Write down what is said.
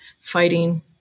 fighting